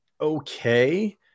okay